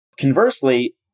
Conversely